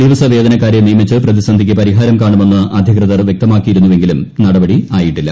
ദിവസ വേതനക്കാരെ നിയമിച്ച് പ്രതിസന്ധിക്ക് പരിഹാരം കാണുമെന്ന് അധികൃതർ വൃക്തമാക്കിയിരുന്നുവെങ്കിലും നടപടി ആയിട്ടില്ല